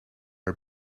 our